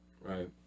Right